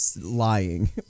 lying